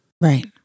Right